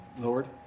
Lord